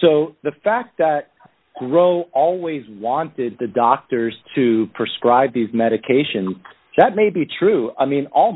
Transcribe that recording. so the fact that gro always wanted the doctors to prescribe these medications that may be true i mean all